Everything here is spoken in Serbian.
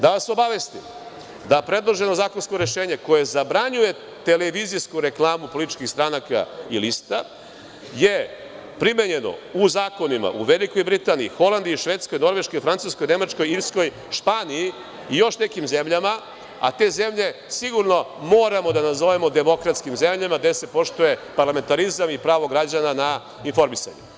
Da vas obavestim, da predloženo zakonsko rešenje koje zabranjuje televizijsku reklamu političkih stranaka i lista je primenjeno u zakonima u Velikoj Britaniji, Holandiji, Švedskoj, Norveškoj, Francuskoj, Nemačkoj, Irskoj, Španiji i još nekim zemljama, a te zemlje sigurno moramo da nazovemo demokratskim zemljama gde se poštuje parlamentarizam i pravo građana na informisanje.